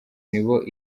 nabo